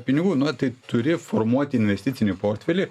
pinigų na tai turi formuoti investicinį portfelį